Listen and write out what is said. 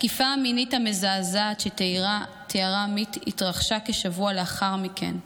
התקיפה המינית המזעזעת שתיארה עמית התרחשה כשבוע לאחר מכן,